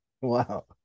wow